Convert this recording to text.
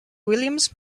williams